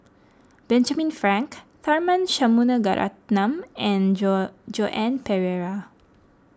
Benjamin Frank Tharman Shanmugaratnam and Joan Pereira